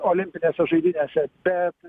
olimpinėse žaidynėse bet